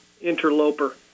interloper